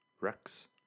Rex